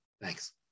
Thanks